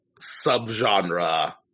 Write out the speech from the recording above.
subgenre